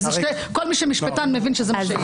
כל מי שמשפטן מבין שזה מה שיהיה.